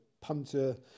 punter